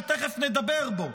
שתכף נדבר בו,